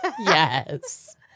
Yes